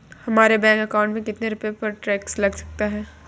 हमारे bank account में कितने रुपये पर टैक्स लग सकता है?